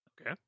Okay